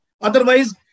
Otherwise